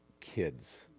kids